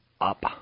up